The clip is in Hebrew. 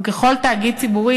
וככל תאגיד ציבורי,